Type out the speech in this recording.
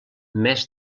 més